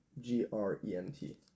G-R-E-N-T